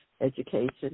education